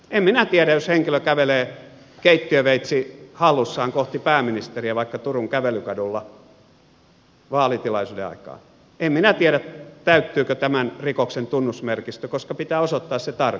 en minä tiedä jos henkilö kävelee keittiöveitsi hallussaan kohti pääministeriä vaikka turun kävelykadulla vaalitilaisuuden aikaan en minä tiedä täyttyykö tämän rikoksen tunnusmerkistö koska pitää osoittaa se tarkoitus